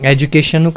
Education